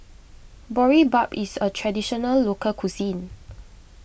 Boribap is a Traditional Local Cuisine